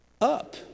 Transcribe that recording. up